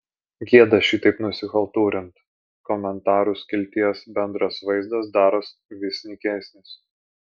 gėda šitaip nusichaltūrint komentarų skilties bendras vaizdas daros vis nykesnis